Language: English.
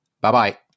Bye-bye